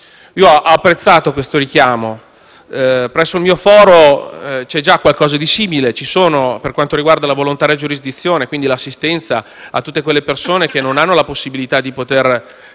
ho apprezzato il suo richiamo: presso il mio foro c'è già qualcosa di simile per quanto riguarda la volontaria giurisdizione e l'assistenza a tutte quelle persone che non hanno la possibilità di rivolgersi